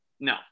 No